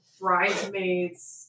bridesmaids